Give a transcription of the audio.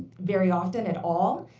very often at all.